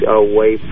away